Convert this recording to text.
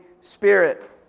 Spirit